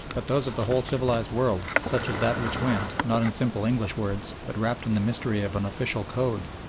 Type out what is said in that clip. but those of the whole civilised world, such as that which went, not in simple english words, but wrapped in the mystery of an official code,